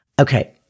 Okay